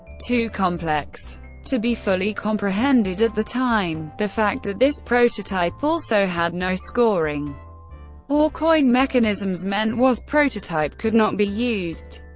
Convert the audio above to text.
too complex to be fully comprehended at the time, the fact that this prototype also had no scoring or coin mechanisms meant woz's prototype could not be used.